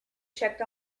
checked